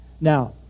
Now